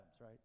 right